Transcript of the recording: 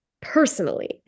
personally